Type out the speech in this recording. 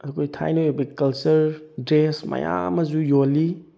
ꯑꯩꯈꯣꯏ ꯊꯥꯏꯅꯒꯤ ꯑꯣꯏꯕ ꯀꯜꯆꯔ ꯗ꯭ꯔꯦꯁ ꯃꯌꯥꯝ ꯑꯃꯁꯨ ꯌꯣꯜꯂꯤ